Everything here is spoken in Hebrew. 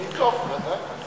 תמיד טוב, בוודאי, מה זה.